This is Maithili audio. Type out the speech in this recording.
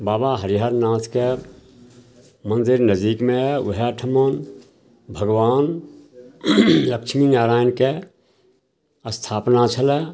बाबा हरिहरनाथके मन्दिर नजदीकमे हइ ओहिठाम भगवान लक्ष्मी नारायणके अस्थापना छलै